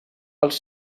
els